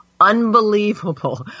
Unbelievable